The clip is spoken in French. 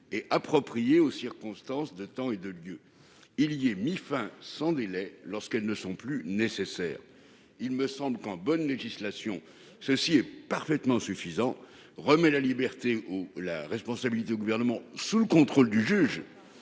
et appropriées aux circonstances de temps et de lieu. Il y est mis fin sans délai lorsqu'elles ne sont plus nécessaires. » Il me semble que, en bonne législation, cette formulation est suffisante ; elle remet la responsabilité entre les mains du Gouvernement, sous le contrôle du juge